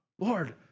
Lord